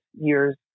year's